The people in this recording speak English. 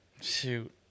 Shoot